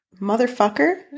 motherfucker